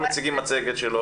מצגת.